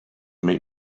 meet